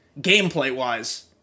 gameplay-wise